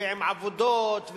ועם עבודות,